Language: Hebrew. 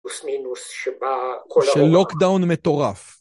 פלוס מינוס שבה כל העולם... של לוקדאון מטורף.